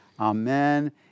Amen